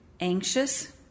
anxious